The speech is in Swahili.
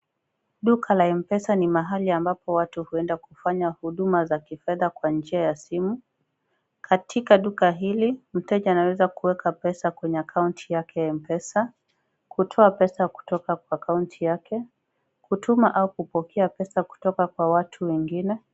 Duka la M-Pesa ni mahali ambapo watu huenda kufanya huduma za kifedha kwa njia ya simu. Katika duka hili mteja anaweza kuweka pesa kwenye akaunti yake ya M-Pesa, kutoa pesa kutoka kwa akaunti yake, kutuma au kupokea pesa kutoka kwa watu wengine.